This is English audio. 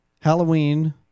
Halloween